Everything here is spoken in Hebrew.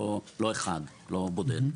לא בודד.